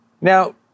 Now